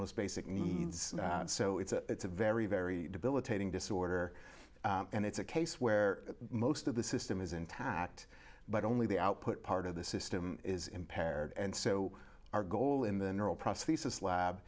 most basic needs so it's a very very debilitating disorder and it's a case where most of the system is intact but only the output part of the system is impaired and so our goal in the neural prosthesis lab